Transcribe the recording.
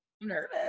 Nervous